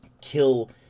kill